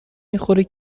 میخوری